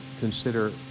Consider